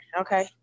okay